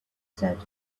said